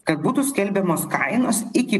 kad būtų skelbiamos kainos iki